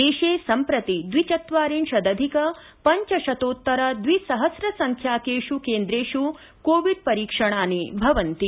देशे सम्प्रति द्विचत्वारिंशत् अधिक पञ्चशतोत्तर द्वि सहस्र संख्याकेषु केन्द्रेषु कोविड् परीक्षणानि भवन्ति